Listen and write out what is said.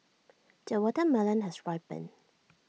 the watermelon has ripened